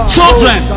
Children